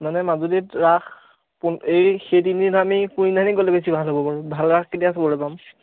মানে মাজুলীত ৰাস পোন এই সেই তিনিদিন আমি কোন দিনাখন গ'লে বেছি ভাল হ'ব বাৰু ভাল ৰাস কেতিয়া চাবলৈ পাম